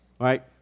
Right